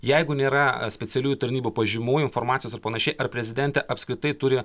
jeigu nėra specialiųjų tarnybų pažymų informacijos ar panašiai ar prezidentė apskritai turi